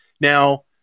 Now